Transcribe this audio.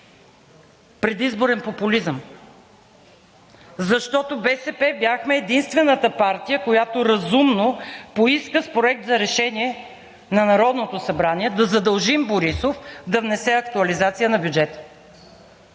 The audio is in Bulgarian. предизборен популизъм! Защото БСП бяхме единствената партия, която разумно поиска с Проект за решение на Народното събрание да задължим Борисов да внесе актуализация на бюджета.